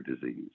disease